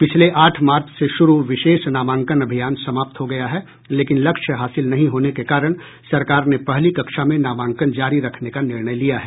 पिछले आठ मार्च से शुरू विशेष नामांकन अभियान समाप्त हो गया है लेकिन लक्ष्य हासिल नहीं होने के कारण सरकार ने पहली कक्षा में नामांकन जारी रखने का निर्णय लिया है